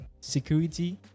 security